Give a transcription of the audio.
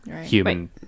human